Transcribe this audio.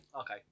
Okay